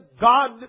God